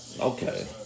okay